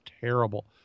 terrible